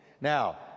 Now